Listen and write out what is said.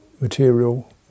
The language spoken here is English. material